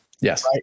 Yes